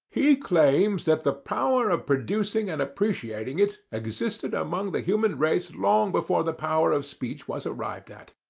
he claims that the power of producing and appreciating it existed among the human race long before the power of speech was arrived at.